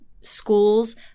schools